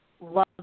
love